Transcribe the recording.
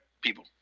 people